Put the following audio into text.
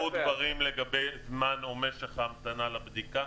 -- כי נאמרו דברים לגבי זמן או משך ההמתנה לבדיקה,